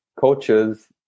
coaches